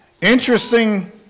Interesting